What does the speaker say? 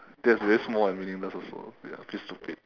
that's really small and meaningless also ya a bit stupid